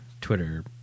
twitter